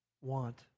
want